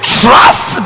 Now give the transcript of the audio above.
trust